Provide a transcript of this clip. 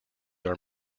are